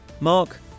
Mark